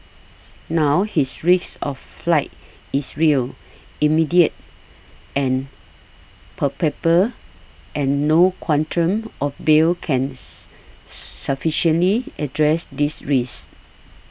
now his risk of flight is real immediate and palpable and no quantum of bail can sufficiently address this risk